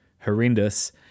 horrendous